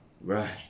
Right